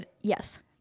Yes